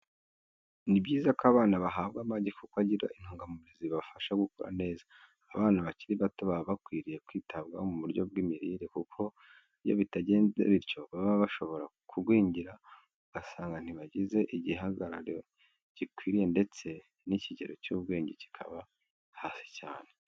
Ni byiza ko abana bahabwa amagi kuko agira intungamubiri zibafasha gukura neza. Abana bakiri bato baba bakwiriye kwitabwaho mu buryo bw'imirire kuko iyo bitagenze bityo baba bashobora kugwingira ugasanga ntibagize igihagarari gikwiriye ndetse n'ikigero cy'ubwenge kikaba hasi cyane.